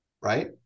right